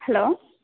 hello